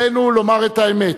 עלינו לומר את האמת,